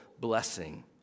blessing